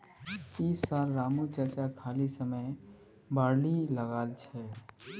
इस साल रामू चाचा खाली समयत बार्ली लगाल छ